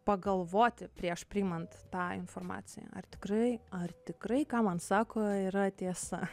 pagalvoti prieš priimant tą informaciją ar tikrai ar tikrai ką man sako yra tiesa